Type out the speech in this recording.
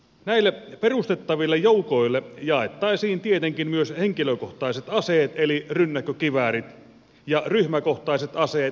näille perustettaville joukoille jaettaisiin tietenkin myös henkilökohtaiset aseet eli rynnäkkökiväärit ja ryhmäkohtaiset aseet eli konekiväärit